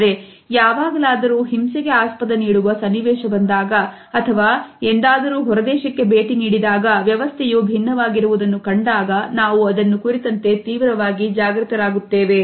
ಆದರೆ ಯಾವಾಗಲಾದರೂ ಹಿಂಸೆಗೆ ಆಸ್ಪದ ನೀಡುವ ಸನ್ನಿವೇಶ ಬಂದಾಗ ಅಥವಾ ಎಂದಾದರೂ ಹೊರದೇಶಕ್ಕೆ ಭೇಟಿ ನೀಡಿದಾಗ ವ್ಯವಸ್ಥೆಯು ಭಿನ್ನವಾಗಿರುವುದನ್ನು ಕಂಡಾಗ ನಾವು ಅದನ್ನು ಕುರಿತಂತೆ ತೀವ್ರವಾಗಿ ಜಾಗೃತರಾಗಿದ್ದೇವೆ